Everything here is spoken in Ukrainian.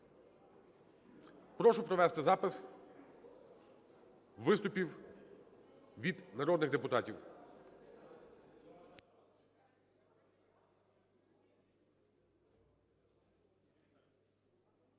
Прошу провести запис виступів від народних депутатів.